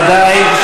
בוודאי,